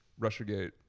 Russiagate